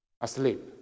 Asleep